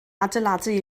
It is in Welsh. adeiladu